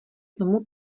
tomu